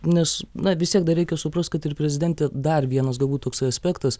nes na vis tiek dar reikia suprast kad ir prezidentė dar vienas galbūt toksai aspektas